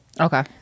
Okay